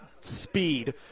speed